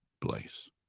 place